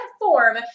form